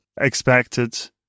expected